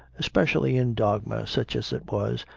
especially in dogma, such as it was,